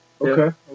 Okay